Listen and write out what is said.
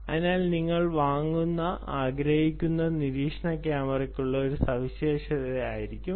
അതിനാൽ നിങ്ങൾ വാങ്ങാൻ ആഗ്രഹിക്കുന്ന നിരീക്ഷണ ക്യാമറയ്ക്കുള്ള ഒരു സവിശേഷതയായിരിക്കും അവ